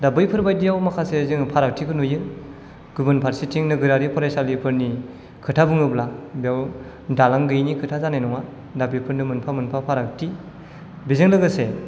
दा बैफोर बादियाव माखासे जोङो फारागथिखौ नुयो गुबुन फारसेथिं नोगोरारि फरायसालिफोरनि खोथा बुङोब्ला बेयाव दालां गैयिनि खोथा जानाय नङा दा बेफोरनो मोनफा मोनफा फारागथि बेजों लोगोसे